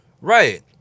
Right